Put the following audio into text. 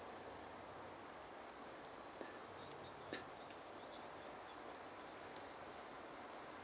mm